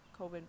COVID